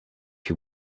you